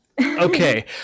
Okay